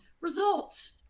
results